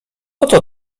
oto